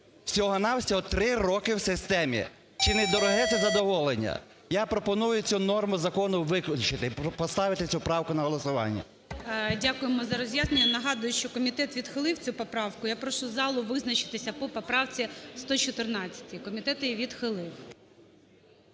всього-на-всього три роки в системі. Чи не дороге це задоволення? Я пропоную цю норма закону виключити, поставити цю правку на голосування. ГОЛОВУЮЧИЙ. Дякуємо за роз'яснення. Нагадую, що комітет відхилив цю поправку, я прошу залу визначитися по поправці 114. Комітет її відхилив.